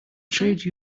trade